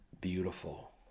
beautiful